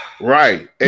right